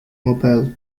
mobile